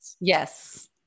Yes